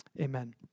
amen